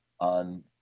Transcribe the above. on